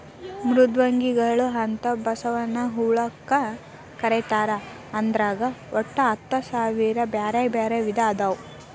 ಮೃದ್ವಂಗಿಗಳು ಅಂತ ಬಸವನ ಹುಳಕ್ಕ ಕರೇತಾರ ಅದ್ರಾಗ ಒಟ್ಟ ಹತ್ತಸಾವಿರ ಬ್ಯಾರ್ಬ್ಯಾರೇ ವಿಧ ಅದಾವು